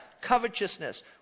covetousness